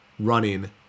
running